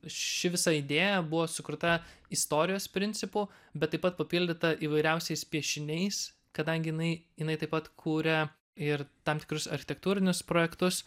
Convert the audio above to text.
ši visa idėja buvo sukurta istorijos principu bet taip pat papildyta įvairiausiais piešiniais kadangi jinai jinai taip pat kuria ir tam tikrus architektūrinius projektus